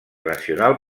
nacional